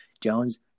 jones